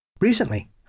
Recently